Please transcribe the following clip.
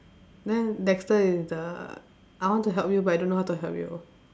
then Dexter is the I want to help you but I don't know how to help you